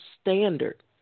standard